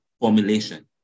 formulation